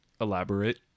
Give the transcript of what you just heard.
Elaborate